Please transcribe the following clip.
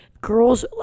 Girls